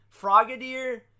Frogadier